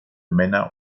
männer